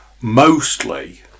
Mostly